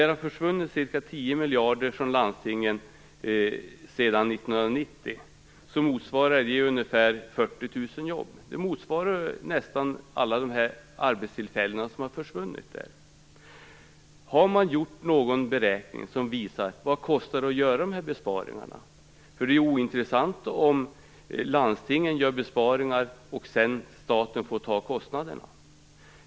Det har försvunnit ca 10 miljarder från landstingen sedan år 1990. Det motsvarar ungefär 40 000 jobb, dvs. nästan alla de arbetstillfällen som har försvunnit. Har man gjort någon beräkning som visar vad det kostar att göra dessa besparingar? Det är ointressant om landstingen gör besparingar och staten sedan får ta kostnaderna.